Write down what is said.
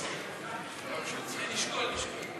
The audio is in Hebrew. הציוני וקבוצת סיעת מרצ לסעיף 4 לא נתקבלה.